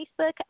facebook